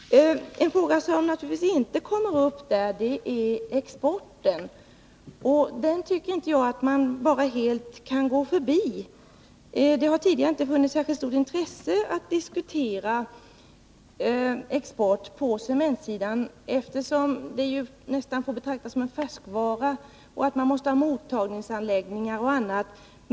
En fråga som knappast kommer att beröras är exporten, men jag tycker att man inte helt kan gå förbi denna. Det har tidigare inte visats särskilt stort intresse för en diskussion av cementexport, eftersom cement får betraktas nästan som en färskvara, som bl.a. kräver mottagningsanläggningar.